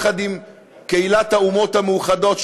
יחד עם קהילת האומות המאוחדות,